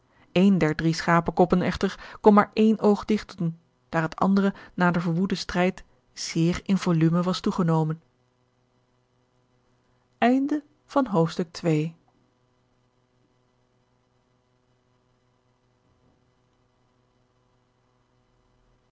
een der drie schapenkoppen echter kon maar één oog digtdoen daar het andere na den verwoeden strijd zeer in volumen was toegenomen